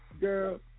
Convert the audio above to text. Girl